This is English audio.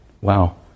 Wow